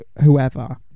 whoever